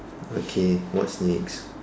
okay what's next